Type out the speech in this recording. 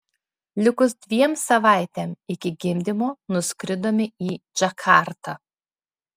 likus dviem savaitėm iki gimdymo nuskridome į džakartą